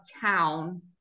town